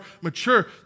mature